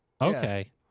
Okay